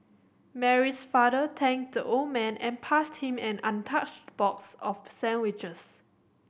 Mary's father thanked the old man and passed him an untouched box of sandwiches